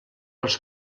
els